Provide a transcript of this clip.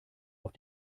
auf